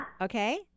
Okay